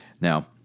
Now